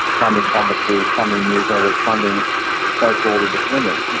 funding conferences, funding newsletters, funding so-called independence,